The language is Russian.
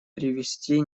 привести